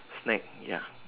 snake ya